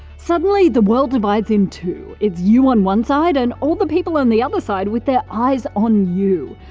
suddenly, the world divides in two it's you on one side, and all the people on the other side with their eyes on you.